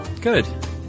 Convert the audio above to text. Good